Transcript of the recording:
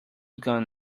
gone